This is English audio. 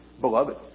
beloved